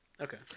Okay